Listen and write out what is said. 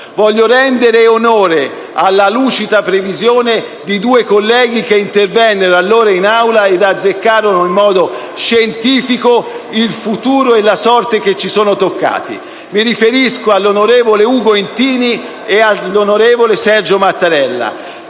Voglio rendere onore alla lucida previsione di due colleghi che intervennero allora in Aula ed azzeccarono in modo scientifico il futuro che ci è toccato in sorte. Mi riferisco agli onorevoli Ugo Intini e Sergio Mattarella.